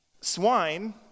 swine